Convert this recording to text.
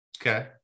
Okay